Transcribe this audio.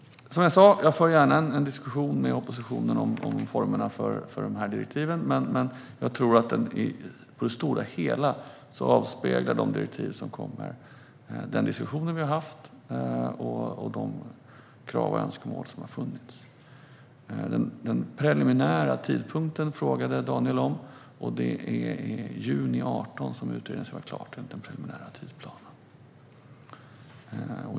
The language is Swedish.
Som jag sa för jag gärna en diskussion med oppositionen om formerna för direktiven, men jag tror att i det stora hela avspeglar de direktiv som kommer den diskussion vi har haft och de krav och önskemål som har funnits. Daniel frågade om den preliminära tidpunkten. Det är i juni 2018 som utredningen ska vara klar, enligt den preliminära tidsplanen.